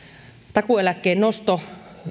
takuueläkkeen nosto